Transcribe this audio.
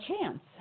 chance